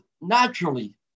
naturally